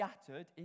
scattered